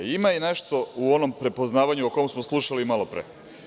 Ima i nešto u onom prepoznavanju o kom smo slušali malopre.